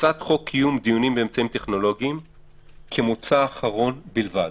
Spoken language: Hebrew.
הצעת חוק קיום דיונים באמצעים טכנולוגיים כמוצא אחרון בלבד,